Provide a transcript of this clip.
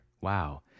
Wow